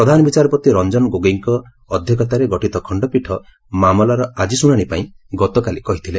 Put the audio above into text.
ପ୍ରଧାନ ବିଚାରପତି ରଞ୍ଜନ ଗୋଗୋଇଙ୍କ ଅଧ୍ୟକ୍ଷତାରେ ଗଠିତ ଖଶ୍ଚପୀଠ ମାମଲାର ଆଜି ଶୁଣାଣି ପାଇଁ ଗତକାଲି କହିଥିଲେ